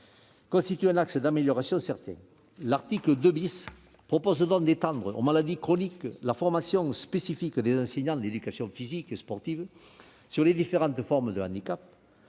constituent un axe d'amélioration certain. L'article 2 prévoit donc d'étendre aux maladies chroniques la formation spécifique des enseignants de l'éducation physique et sportive sur les différentes formes de handicap,